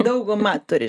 dauguma turi